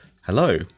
Hello